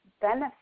benefit